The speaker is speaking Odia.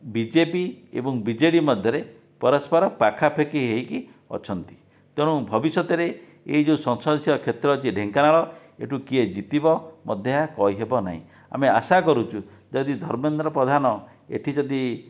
ବିଜେପି ଏବଂ ବିଜେଡ଼ି ମଧ୍ୟରେ ପରସ୍ପର ପାଖା ପାଖି ହେଇକି ଅଛନ୍ତି ତେଣୁ ଭବିଷ୍ୟତରେ ଏହି ଯେଉଁ ସଂସଦୀୟ କ୍ଷେତ୍ର ଅଛି ଢେଙ୍କାନାଳ ଏଇଠୁ କିଏ ଜିତିବ ଅଧିକା କହିହେବ ନାହିଁ ଆମେ ଆଶା କରୁଛୁ ଯଦି ଧର୍ମେନ୍ଦ୍ର ପ୍ରଧାନ ଏଠି ଯଦି